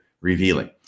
revealing